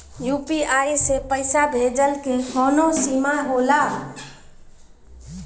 UPI से पईसा भेजल के कौनो सीमा होला?